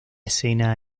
escena